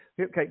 okay